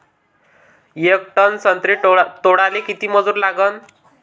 येक टन संत्रे तोडाले किती मजूर लागन?